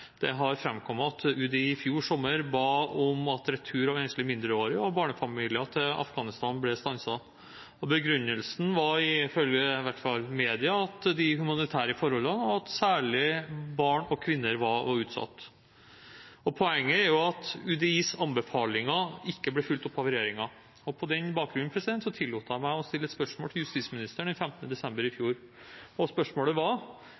det har framkommet at UDI i fjor sommer ba om at retur av enslige mindreårige og barnefamilier til Afghanistan ble stanset. Begrunnelsen var ifølge media de humanitære forholdene, og at særlig barn og kvinner var utsatt. Poenget er at UDIs anbefalinger ikke ble fulgt opp av regjeringen, og på den bakgrunn tillot jeg meg å stille et spørsmål til justisministeren den 15. desember i fjor. Spørsmålet var: